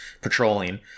patrolling